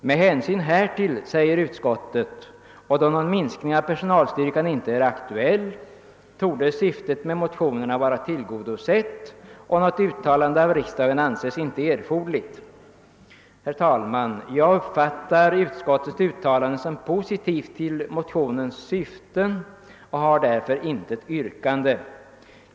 Med hänsyn härtill, säger utskottet, och då någon minskning av personalstyrkan inte är aktuell torde syftet med motionerna vara tillgodosett. Något uttalande av riksdagen anses inte erforderligt. Herr talman! Jag uppfattar utskottets uttalande som positivt till motionernas syfte och har därför intet yrkande.